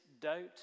doubt